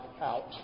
out